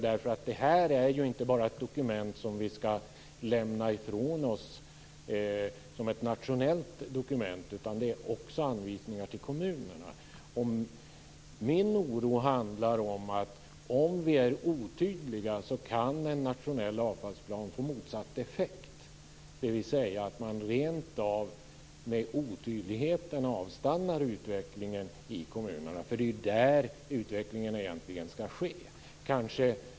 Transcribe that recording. Det här är ju inte bara ett dokument som vi skall lämna ifrån oss som ett nationellt dokument, utan det innehåller också anvisningar till kommunerna. Vad min oro handlar om är att om vi är otydliga kan en nationell avfallsplan få motsatt effekt, dvs. att man rent av med otydligheten avstannar utvecklingen i kommunerna, för det är ju där utvecklingen egentligen skall ske.